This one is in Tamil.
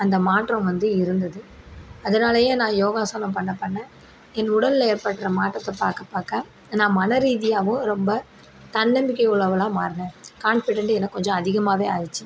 அந்த மாற்றம் வந்து இருந்தது அதனாலயே நான் யோகாசனம் பண்ண பண்ண என் உடலில் ஏற்படுகிற மாற்றத்தை பார்க்க பார்க்க நான் மனரீதியாகவும் ரொம்ப தன்னம்பிக்கை உள்ளவளாக மாறினேன் கான்ஃபிடண்ட் எனக்கு கொஞ்சம் அதிகமாவே ஆய்டுச்சு